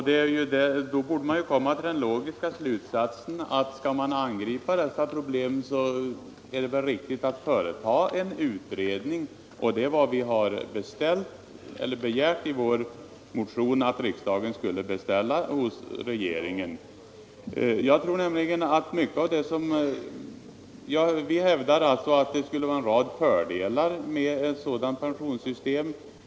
Då borde han komma till den logiska slutsatsen att skall man angripa dessa problem så är det väl rimligt att företa en utredning, och det är vad vi har begärt i vår motion att riksdagen skulle beställa hos regeringen. Vi hävdar alltså att det skulle vara en rad fördelar med ett sådant pensionssystem som vi har föreslagit.